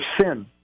sin